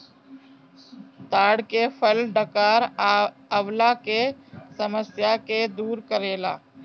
ताड़ के फल डकार अवला के समस्या के दूर करेला